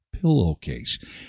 pillowcase